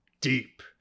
deep